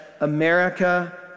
America